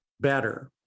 better